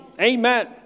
Amen